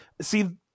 see